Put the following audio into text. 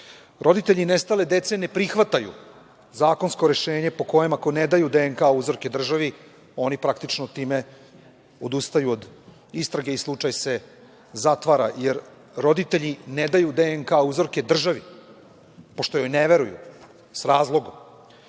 pokažemo. Roditelji nestale dece ne prihvataju zakonsko rešenje, po kojem ako ne daju DNK uzorke državi, oni praktično time odustaju od istrage i slučaj se zatvara, jer roditelji ne daju DNK državi, pošto joj ne veruju, s razlogom. Ima